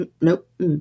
nope